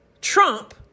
Trump